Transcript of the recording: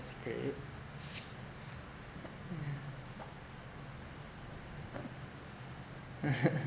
it's great mm